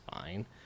fine